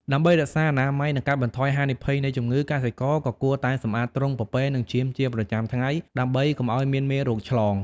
ដើម្បីរក្សាអនាម័យនិងកាត់បន្ថយហានិភ័យនៃជំងឺ កសិករក៏គួរតែសម្អាតទ្រុងពពែនិងចៀមជាប្រចាំថ្ងៃដើម្បីកុំឲ្យមានមេរោគឆ្លង។